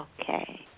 Okay